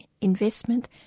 investment